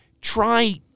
try